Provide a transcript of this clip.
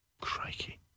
Crikey